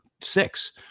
six